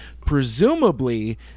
presumably